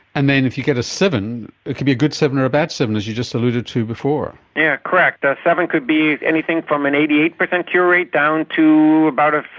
and then if you get a seven, it could be a good seven or a bad seven, as you just alluded to before. yeah correct, a seven could be anything from an eighty eight percent cure rate down to about a